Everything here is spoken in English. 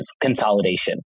consolidation